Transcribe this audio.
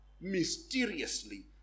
mysteriously